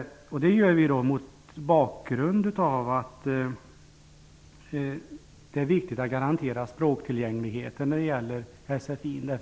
ökning. Bakgrunden är att det är viktigt att garantera språktillgängligheten när det gäller sfi.